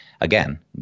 again